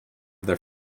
their